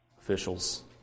officials